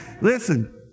listen